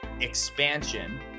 expansion